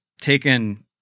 taken